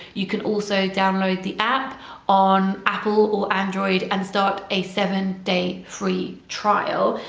you can also download the app on apple or android and start a seven day free trial.